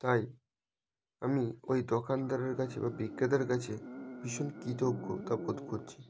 তাই আমি ওই দোকানদারের কাছে বা বিক্রেতার কাছে ভীষণ কৃতজ্ঞতা বোধ করছি